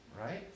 right